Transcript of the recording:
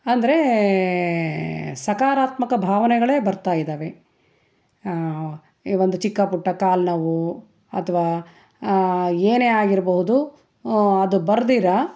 ಅಂದರೆ ಸಕಾರಾತ್ಮಕ ಭಾವನೆಗಳೇ ಬರ್ತಾ ಇದ್ದಾವೆ ಈ ಒಂದು ಚಿಕ್ಕ ಪುಟ್ಟ ಕಾಲು ನೋವು ಅಥವಾ ಏನೇ ಆಗಿರಬಹುದು ಅದು ಬರ್ದಿರಾ